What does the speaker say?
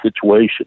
situation